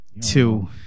Two